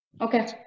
Okay